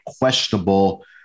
questionable